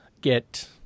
get